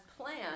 plan